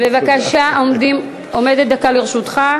בבקשה, עומדת דקה לרשותך.